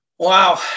Wow